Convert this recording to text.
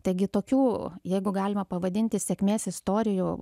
taigi tokių jeigu galima pavadinti sėkmės istorijų